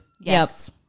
yes